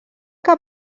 que